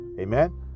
Amen